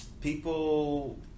People